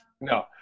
No